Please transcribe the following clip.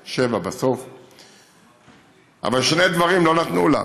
בסוף 2007. אבל שני דברים לא נתנו לה: